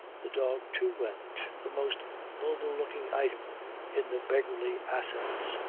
the dog too went the most noble-looking item in the beggarly assets.